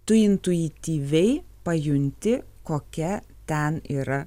tu intuityviai pajunti kokia ten yra